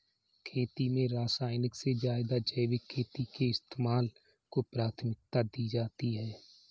खेती में रासायनिक से ज़्यादा जैविक खेती के इस्तेमाल को प्राथमिकता दी जाती है